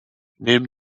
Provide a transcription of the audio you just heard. neben